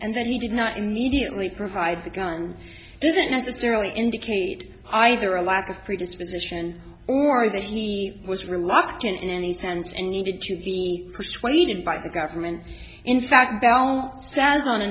and that he did not immediately provide the gun doesn't necessarily indicate either a lack of predisposition or that he was reluctant in any sense and needed to be persuaded by the government in fact bell south on a